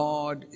God